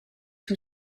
who